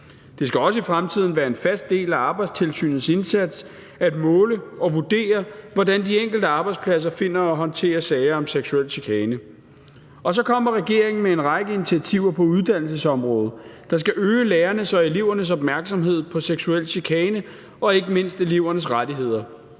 Det skal også i fremtiden være en fast del af Arbejdstilsynets indsats at måle og vurdere, hvordan de enkelte arbejdspladser finder og håndterer sager om seksuel chikane. Og så kommer regeringen med en række initiativer på uddannelsesområdet, der skal øge lærernes og elevernes opmærksomhed på seksuel chikane og ikke mindst elevernes rettigheder.